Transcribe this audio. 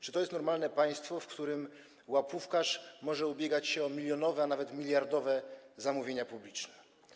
Czy to jest normalne państwo, w którym łapówkarz może ubiegać się o milionowe, a nawet miliardowe zamówienia publiczne?